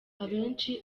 abenshi